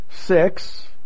Six